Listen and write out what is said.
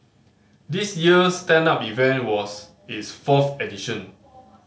this year's stand up event was its fourth edition